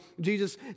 Jesus